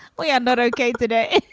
we are not okay today?